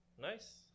Nice